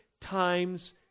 times